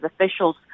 officials